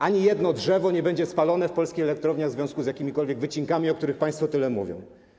Ani jedno drzewo nie będzie spalone w polskich elektrowniach w związku z jakimikolwiek wycinkami, o których państwo tyle mówią.